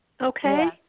Okay